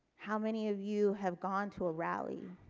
how many of you have gone to a rally.